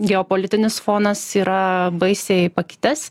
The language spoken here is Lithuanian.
geopolitinis fonas yra baisiai pakitęs